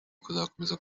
kuzakomeza